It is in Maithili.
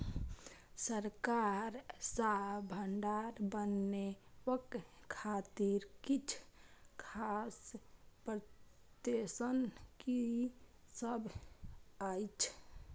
सरकार सँ भण्डार बनेवाक खातिर किछ खास प्रोत्साहन कि सब अइछ?